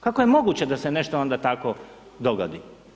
Kako je moguće da se nešto onda takvo dogodi?